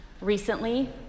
Recently